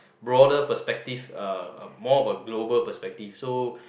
broader perspective uh more of a global perspective so